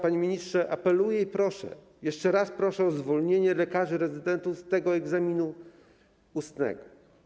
Panie ministrze, apeluję i proszę, jeszcze raz proszę o zwolnienie lekarzy rezydentów z egzaminu ustnego.